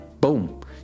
Boom